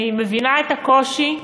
אני מבינה את הקושי,